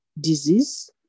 disease